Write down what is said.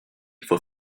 faut